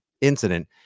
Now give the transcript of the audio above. incident